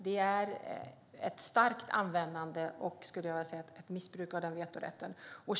Det är ett starkt användande och, skulle jag vilja säga, ett missbruk av vetorätten.